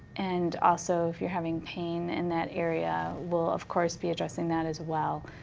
and also if you're having pain in that area, we'll of course be addressing that as well.